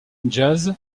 jazz